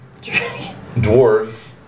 Dwarves